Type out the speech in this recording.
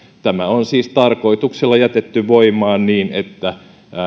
tämä on siis tarkoituksella jätetty voimaan niin että